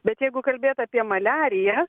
bet jeigu kalbėt apie maliariją